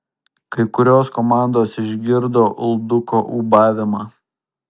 kai kurios komandos išgirdo ulduko ūbavimą